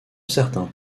certains